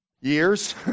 years